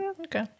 Okay